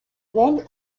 ben